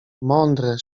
mądre